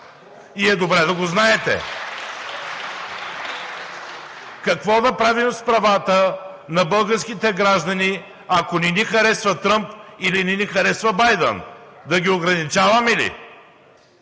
(Ръкопляскания от ИСМВ.) Какво да правим с правата на българските граждани, ако не ни харесва Тръмп или не ни харесва Байдън? Да ги ограничаваме ли?